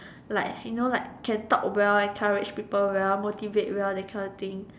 like you know like can talk well encourage people well motivate well that kind of thing